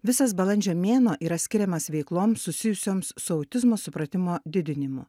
visas balandžio mėnuo yra skiriamas veikloms susijusioms su autizmo supratimo didinimu